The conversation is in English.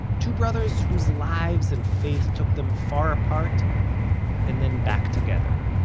two brothers whose lives and faith took them far apart and then back together.